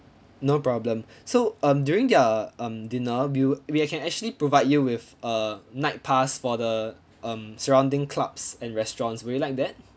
no problem so um during their um dinner we'll we can actually provide you with a night pass for the um surrounding clubs and restaurants will you like that